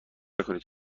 نکنید